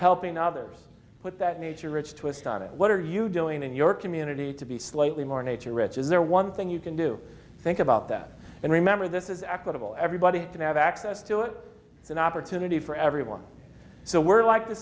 helping others put that nature rich twist on it what are you doing in your community to be slightly more nature rich is there one thing you can do think about that and remember this is equitable everybody can have access to it and opportunity for everyone so we're like to